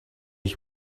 ich